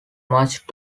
much